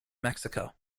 mexico